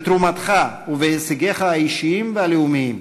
בתרומתך ובהישגיך האישיים והלאומיים.